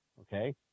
okay